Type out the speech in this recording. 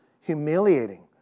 humiliating